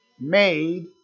Made